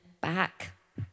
back